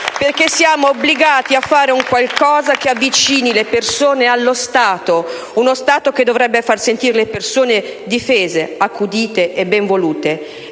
perché siamo obbligati a fare un qualcosa che avvicini le persone allo Stato, uno Stato che dovrebbe far sentire le persone difese accudite e benvolute.